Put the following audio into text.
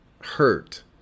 hurt